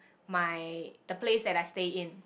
my the place that I stay in